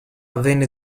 avvenne